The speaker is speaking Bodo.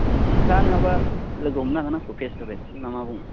नोंथाङा नङाब्ला लोगो हमनो हागोन आंखौ फेस टु फेस ना मा बुङो